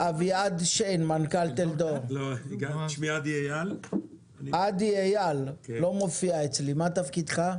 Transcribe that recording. עדי אייל, מה תפקידך?